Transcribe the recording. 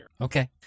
Okay